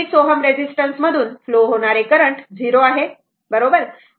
6 Ω resistance मधून flow होणारे current 0 आहे बरोबर